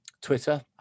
Twitter